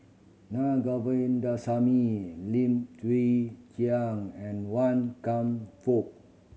Na Govindasamy Lim Chwee Chian and Wan Kam Fook